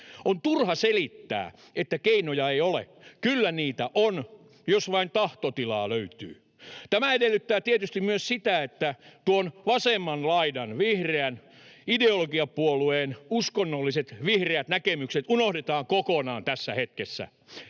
On turha selittää, että keinoja ei ole. Kyllä niitä on, jos vain tahtotilaa löytyy. Tämä edellyttää tietysti myös sitä, että tuon vasemman laidan vihreän ideologiapuolueen uskonnolliset vihreät näkemykset unohdetaan kokonaan tässä hetkessä.